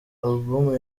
album